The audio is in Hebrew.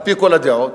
על-פי כל הדעות,